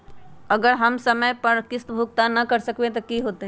अगर हम समय पर किस्त भुकतान न कर सकवै त की होतै?